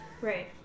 Right